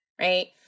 right